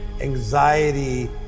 Anxiety